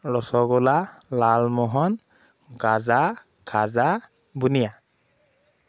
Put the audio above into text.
ৰচগোলা লালমোহন গাজা খাজা বুনিয়া